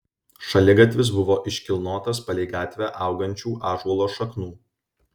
šaligatvis buvo iškilnotas palei gatvę augančių ąžuolo šaknų